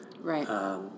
right